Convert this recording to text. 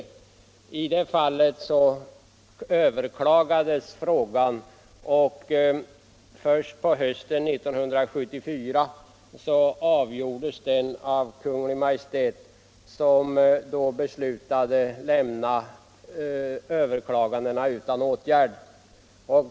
I det fallet överklagades beslutet, och först på hösten 1974 avgjordes ärendet av Kungl. Maj:t, som då beslöt lämna överklagandena utan åtgärd.